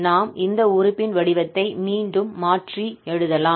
நாம் இந்த உறுப்பின் வடிவத்தை மீண்டும் மாற்றி எழுதலாம்